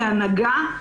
להנהגה.